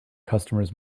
customers